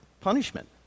punishment